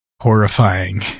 horrifying